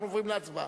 אנחנו עוברים להצבעה.